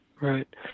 Right